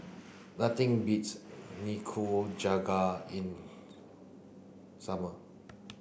nothing beats Nikujaga in summer